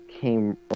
came